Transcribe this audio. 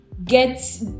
get